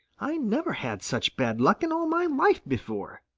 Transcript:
i never had such bad luck in all my life before.